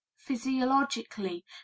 physiologically